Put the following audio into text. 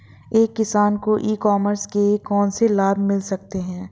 एक किसान को ई कॉमर्स के कौनसे लाभ मिल सकते हैं?